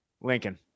Lincoln